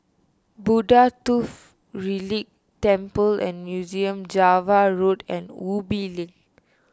Buddha Tooth Relic Temple and Museum Java Road and Ubi Link